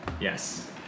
Yes